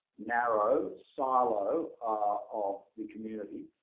narrow silo of the community.